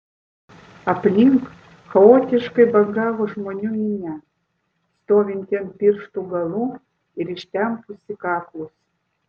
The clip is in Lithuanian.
aplink chaotiškai bangavo žmonių minia stovinti ant pirštų galų ir ištempusi kaklus